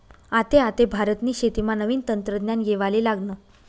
आते आते भारतनी शेतीमा नवीन तंत्रज्ञान येवाले लागनं